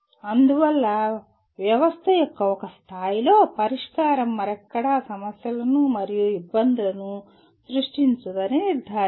అందువల్ల వ్యవస్థ యొక్క ఒక స్థాయిలో పరిష్కారం మరెక్కడా సమస్యలను మరియు ఇబ్బందులను సృష్టించదని నిర్ధారించడం